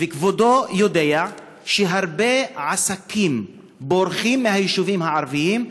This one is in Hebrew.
וכבודו יודע שהרבה עסקים בורחים מהיישובים הערביים,